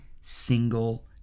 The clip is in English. single